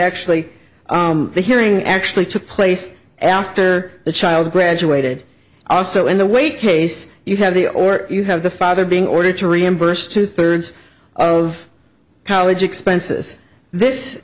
actually the hearing actually took place after the child graduated also in the weight case you have the or you have the father being ordered to reimburse two thirds of college expenses this